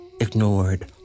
ignored